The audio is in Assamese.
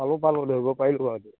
হব পালোঁ ধৰিব পাৰিলোঁ বাৰু